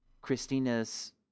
Christina's